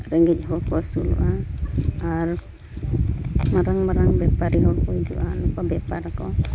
ᱨᱮᱸᱜᱮᱡ ᱦᱚᱲᱠᱚ ᱟ ᱥᱩᱞᱚᱜᱼᱟ ᱟᱨ ᱢᱟᱨᱟᱝ ᱢᱟᱨᱟᱝ ᱵᱮᱯᱟᱨᱤ ᱦᱚᱲ ᱠᱚ ᱦᱤᱡᱩᱜᱼᱟ ᱵᱮᱯᱟᱨᱟᱠᱚ